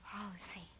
policy